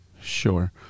sure